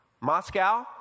Moscow